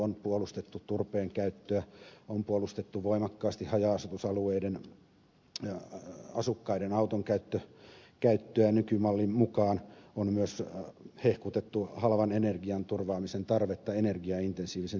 on puolustettu turpeen käyttöä on puolustettu voimakkaasti haja asutusalueiden asukkaiden autonkäyttöä nykymallin mukaan on myös hehkutettu halvan energian turvaamisen tarvetta energiaintensiivisen teollisuuden tarpeisiin